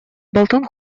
болтун